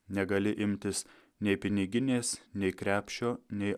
negali imtis nei piniginės nei krepšio nei